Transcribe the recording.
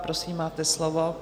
Prosím, máte slovo.